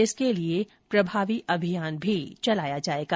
इसके लिए एक प्रभावी अभियान भी चलाया जाएगा